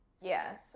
yes